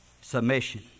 Submission